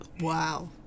Wow